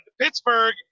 pittsburgh